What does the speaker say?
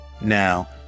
Now